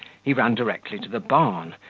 he ran directly to the barn,